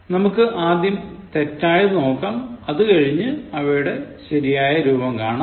നമുക്ക് ആദ്യം തെറ്റായത് നോക്കാം അതുകഴിഞ്ഞ് അവയുടെ ശരിയായ രൂപം കാണാം